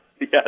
Yes